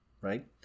right